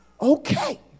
okay